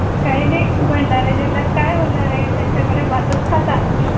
काही नाही भंडारा जिल्ह्यात काय होणार आहे त्यांच्याकडे भातच खाता